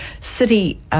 city